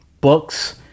books